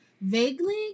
Vaguely